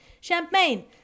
Champagne